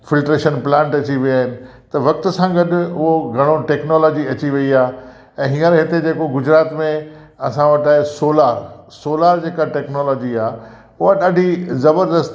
filtration plant अची विया आहिनि त वक़्त सां गॾु उहो घणो टैक्नोलॉजी अची वई आहे ऐं हींअर हिते जेको गुजरात में असां वटि आहे सोलार सोलार जेका टैक्नोलॉजी आहे उहा ॾाढी ज़बरदस्त